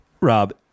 Rob